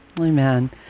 Amen